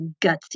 gutsy